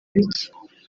bike